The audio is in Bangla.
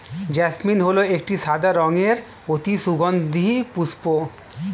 জেসমিন হল একটি সাদা রঙের অতি সুগন্ধি পুষ্প